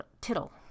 tittle